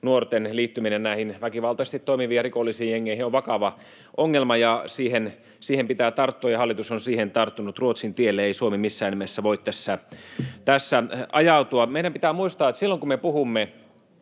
nuorten liittyminen näihin väkivaltaisesti toimiviin ja rikollisiin jengeihin, on vakava ongelma, ja siihen pitää tarttua, ja hallitus on siihen tarttunut. Ruotsin tielle ei Suomi missään nimessä voi tässä ajautua. Meidän pitää muistaa, että silloin kun me puhumme